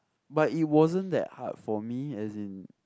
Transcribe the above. but it wasn't that hard for me as in